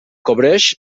cobreix